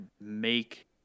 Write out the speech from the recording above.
make